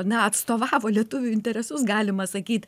na atstovavo lietuvių interesus galima sakyt